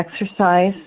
exercise